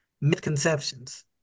misconceptions